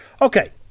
Okay